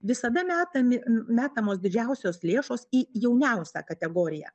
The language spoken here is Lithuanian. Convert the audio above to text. visada metami metamos didžiausios lėšos į jauniausią kategoriją